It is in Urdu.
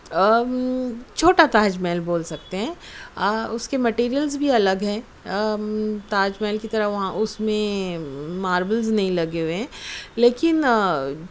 چھوٹا تاج محل بول سکتے ہیں اس کے مٹیریلس بھی الگ ہیں تاج محل کی طرح وہاں اس میں ماربلز نہیں لگے ہوئے ہیں لیکن